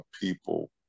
people